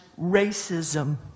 racism